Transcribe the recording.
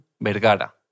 Vergara